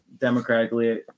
democratically